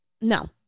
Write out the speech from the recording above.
No